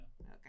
Okay